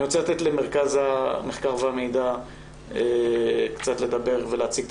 אני רוצה לתת למרכז המחקר והמידע לדבר ולהציג את